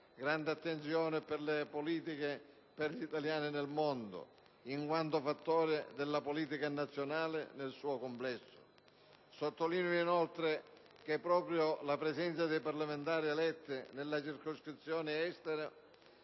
grande attenzione per le politiche per gli italiani nel mondo, in quanto fattore della politica nazionale nel suo complesso. Sottolineo inoltre che proprio la presenza dei parlamentari eletti nella circoscrizione Estero